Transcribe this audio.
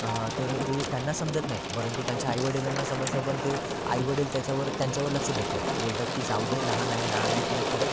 तर ते त्यांना समजत नाही परंतु त्यांच्या आई वडिलांना समजतं पण ते आई वडील त्याच्यावर त्यांच्यावर लक्ष देत नाहीत बोलतात की जाऊ दे लहान आहे लहान आहे करत करत